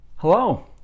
Hello